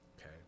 Okay